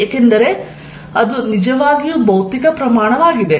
ಏಕೆಂದರೆ ಅದು ನಿಜವಾಗಿಯೂ ಭೌತಿಕ ಪ್ರಮಾಣವಾಗಿದೆ